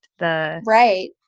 Right